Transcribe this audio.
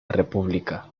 república